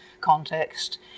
context